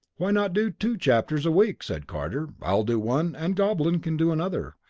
why not do two chapters a week, said carter. i'll do one, and goblin can do another.